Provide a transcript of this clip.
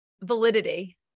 Validity